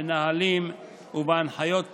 בנהלים ובהנחיות פנימיות,